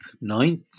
ninth